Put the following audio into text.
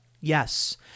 Yes